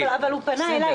אבל הוא פנה אליי.